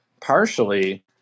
partially –